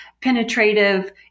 penetrative